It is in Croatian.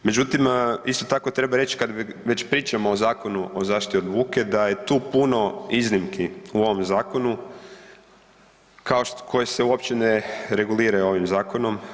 Međutim isto tako treba reći kada već pričamo o Zakonu o zaštiti od buke da je tu puno iznimki u ovom zakonu koje se uopće ne reguliraju ovim zakonom.